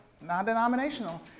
non-denominational